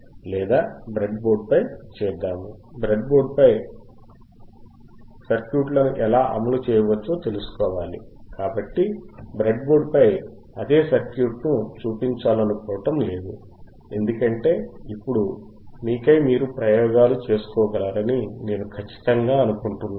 లేదా బ్రెడ్బోర్డుపై చేద్దాము బ్రెడ్బోర్డుపై సర్క్యూట్లను ఎలా అమలు చేయవచ్చో తెలుసుకోవాలి కాబట్టి బ్రెడ్బోర్డ్పై అదే సర్క్యూట్ను చూపించాలనుకోవడం లేదు ఎందుకంటే ఇప్పుడు మీకై మీరే ప్రయోగాలు చేయగలరని నేను ఖచ్చితంగా అనుకుంటున్నాను